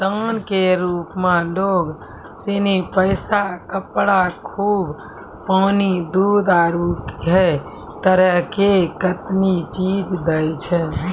दान के रुप मे लोग सनी पैसा, कपड़ा, खून, पानी, दूध, आरु है तरह के कतेनी चीज दैय छै